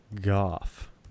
Goff